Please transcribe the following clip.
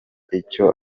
icyo